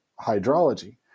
hydrology